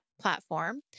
platform